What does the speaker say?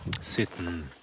sitting